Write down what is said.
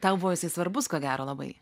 tau buvo jisai svarbus ko gero labai